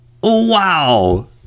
wow